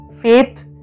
faith